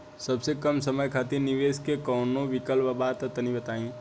सबसे कम समय खातिर निवेश के कौनो विकल्प बा त तनि बताई?